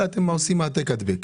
אלא עושים העתק-הדבק.